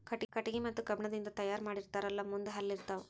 ಕಟಗಿ ಮತ್ತ ಕಬ್ಬಣ ರಿಂದ ತಯಾರ ಮಾಡಿರತಾರ ಮುಂದ ಹಲ್ಲ ಇರತಾವ